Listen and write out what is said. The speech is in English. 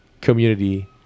community